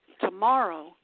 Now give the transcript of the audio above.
tomorrow